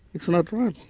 it's not right.